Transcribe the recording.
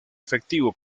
efectivo